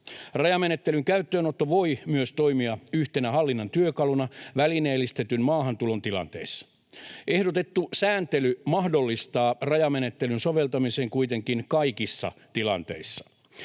Rajamenettelyn käyttöönotto voi myös toimia yhtenä hallinnan työkaluna välineellistetyn maahantulon tilanteissa. Ehdotettu sääntely mahdollistaa rajamenettelyn soveltamisen kuitenkin kaikissa tilanteissa: